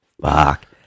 Fuck